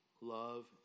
love